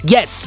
Yes